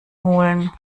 holen